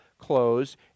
Close